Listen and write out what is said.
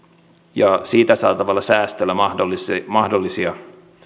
ja siitä saatavalle säästölle mahdollisia